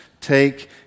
take